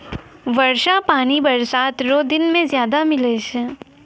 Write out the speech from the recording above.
वर्षा पानी बरसात रो दिनो मे ज्यादा मिलै छै